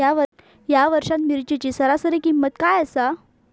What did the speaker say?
या वर्षात मिरचीची सरासरी किंमत काय आसा?